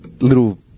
little